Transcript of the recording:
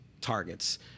targets